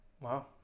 wow